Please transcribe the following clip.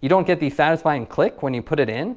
you don't get the satisfying click when you put it in